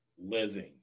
living